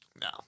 No